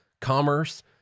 commerce